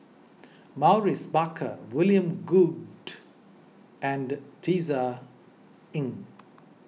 Maurice Baker William Goode and Tisa Ng